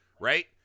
Right